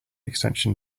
extension